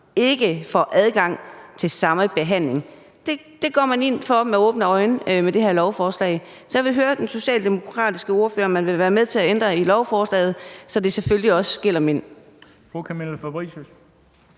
ikke får adgang til samme behandling.« Det går man ind for med åbne øjne med det her lovforslag. Så jeg vil høre den socialdemokratiske ordfører, om man vil være med til at ændre i lovforslaget, så det selvfølgelig også gælder mænd.